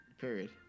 Period